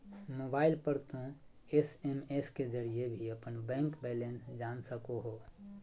mobile पर तों SMS के जरिए भी अपन बैंक बैलेंस जान सको हो